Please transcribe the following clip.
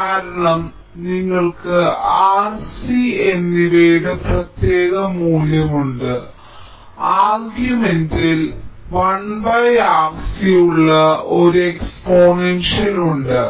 കാരണം നിങ്ങൾക്ക് R C എന്നിവയുടെ പ്രത്യേക മൂല്യമുണ്ട് ആർഗ്യുമെന്റിൽ 1RC ഉള്ള ഒരു എക്സ്പോണൻഷ്യൽ ഉണ്ട്